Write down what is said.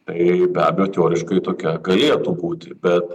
tai be abejo teoriškai tokia galėtų būti bet